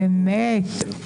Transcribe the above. באמת.